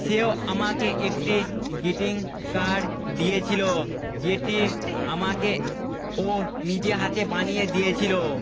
সেও আমাকে একটি গ্রিটিং কার্ড দিয়েছিল যেটি আমাকে ও নিজে হাতে বানিয়ে দিয়েছিল